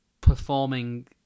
performing